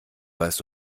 weißt